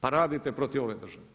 Pa radite protiv ove države.